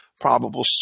probable